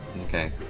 Okay